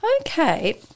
okay